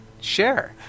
share